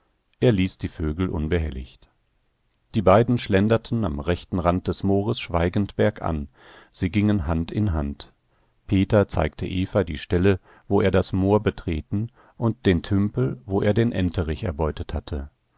er ließ die vögel unbehelligt die beiden schlenderten am rechten rand des moores schweigend bergan sie gingen hand in hand peter zeigte eva die stelle wo er das moor betreten und den tümpel wo er den enterich erbeutet hatte